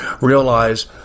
realize